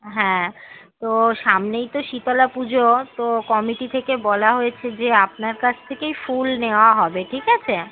হ্যাঁ তো সামনেই তো শীতলা পুজো তো কমিটি থেকে বলা হয়েছে যে আপনার কাছ থেকেই ফুল নেওয়া হবে ঠিক আছে